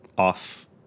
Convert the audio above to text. Off